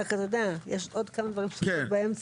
רק אתה יודע, יש עוד כמה דברים שצריך באמצע.